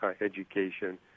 education